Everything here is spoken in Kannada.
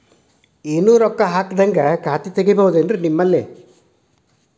ಏನು ರೊಕ್ಕ ಹಾಕದ್ಹಂಗ ಖಾತೆ ತೆಗೇಬಹುದೇನ್ರಿ ನಿಮ್ಮಲ್ಲಿ?